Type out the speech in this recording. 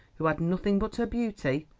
who had nothing but her beauty.